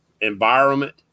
environment